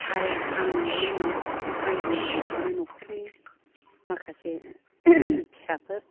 आरो आंल' नङा आंजों लोगोसेयैनो न'खरनि माखासे फिसाफोर